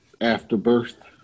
Afterbirth